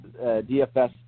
DFS